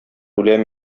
үләм